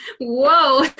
whoa